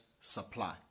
supply